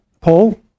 Paul